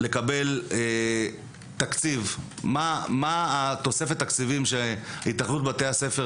לדעת מה התוספת תקציבית שהתאחדות בתי הספר